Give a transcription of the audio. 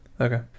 Okay